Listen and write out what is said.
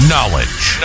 Knowledge